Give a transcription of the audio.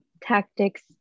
tactics